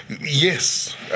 Yes